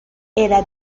era